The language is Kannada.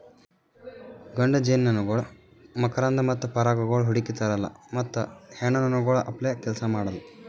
ಗಂಡು ಜೇನುನೊಣಗೊಳ್ ಮಕರಂದ ಮತ್ತ ಪರಾಗಗೊಳ್ ಹುಡುಕಿ ತರಲ್ಲಾ ಮತ್ತ ಹೆಣ್ಣ ನೊಣಗೊಳ್ ಅಪ್ಲೇ ಕೆಲಸ ಮಾಡಲ್